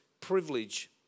privilege